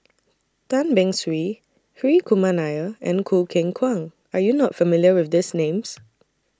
Tan Beng Swee Hri Kumar Nair and Choo Keng Kwang Are YOU not familiar with These Names